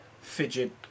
fidget